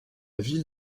ville